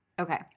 Okay